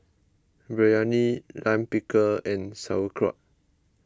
Biryani Lime Pickle and Sauerkraut